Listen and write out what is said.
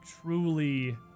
truly